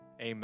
Amen